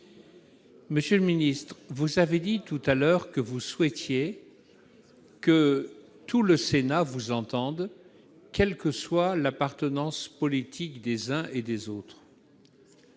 Monsieur le ministre d'État, vous avez dit tout à l'heure que vous souhaitez que tout le Sénat vous entende, quelle que soit l'appartenance politique des uns et des autres.